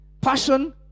passion